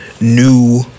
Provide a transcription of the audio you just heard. new